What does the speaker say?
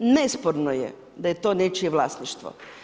Nesporno je da je to nečije vlasništvo.